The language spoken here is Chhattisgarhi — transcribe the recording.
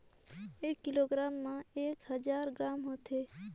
एक किलोग्राम म एक हजार ग्राम होथे